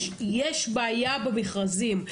יש בעיה במכרזים.